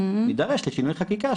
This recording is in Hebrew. יידרש לשינוי חקיקה,